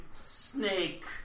snake